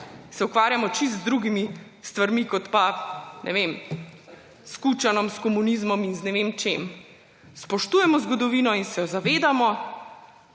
se ukvarjamo čisto z drugimi stvarmi kot pa s Kučanom, s komunizmom in z ne vem čim. Spoštujemo zgodovino in se je zavedamo,